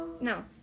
No